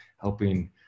helping